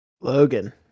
Logan